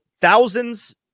thousands